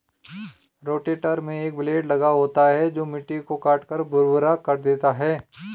rotator में एक blade लगा होता है जो मिट्टी को काटकर भुरभुरा कर देता है